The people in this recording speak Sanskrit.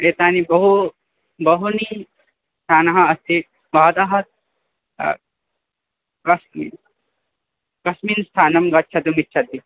एतानि बहु बहूनि स्थानम् अस्ति भवतः कस्मिन् स्थानं गन्तुमिच्छति